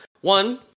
one